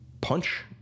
punch